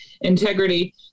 integrity